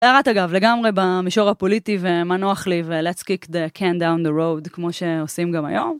הערת אגב לגמרי במישור הפוליטי ומה נוח לי ולצ קיק דה קן דאון דה רוד כמו שעושים גם היום.